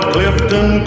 Clifton